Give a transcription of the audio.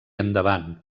endavant